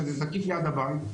שזה זקיף ליד הבית,